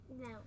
no